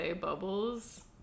Bubbles